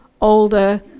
older